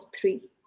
three